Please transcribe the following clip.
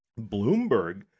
Bloomberg